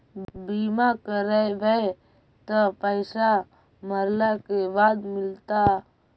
बिमा करैबैय त पैसा मरला के बाद मिलता?